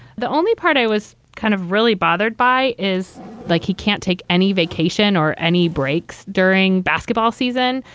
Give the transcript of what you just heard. the only part i was kind of really bothered by is like he can't take any vacation or any breaks during basketball season.